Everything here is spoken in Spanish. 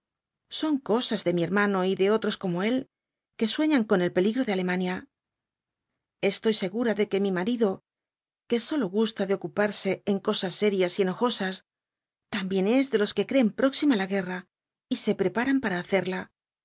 son cosas de mi hermano y de otros como él que sueñan con el peligro de alemania estoy segura de que mi marido que sólo gusta de ocuparse en cosas serias y enojosas también es de los que creen próxima la guerra y se preparan para hacerla